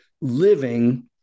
Living